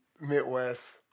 Midwest